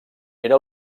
era